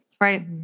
Right